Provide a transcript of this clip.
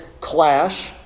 clash